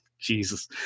Jesus